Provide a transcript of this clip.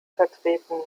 vertreten